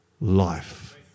life